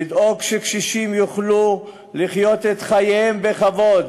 לדאוג שקשישים יוכלו לחיות את חייהם בכבוד